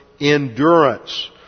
endurance